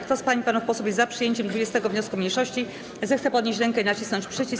Kto z pań i panów posłów jest za przyjęciem 20. wniosku mniejszości, zechce podnieść rękę i nacisnąć przycisk.